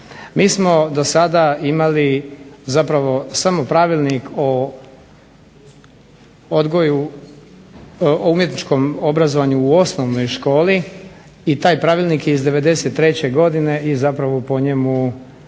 Mi smo do sada imali zapravo samo pravilnik o odgoju, o umjetničkom obrazovanju u osnovnoj školi, i taj pravilnik je iz '93. godine i zapravo po njemu